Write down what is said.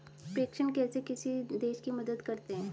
प्रेषण कैसे किसी देश की मदद करते हैं?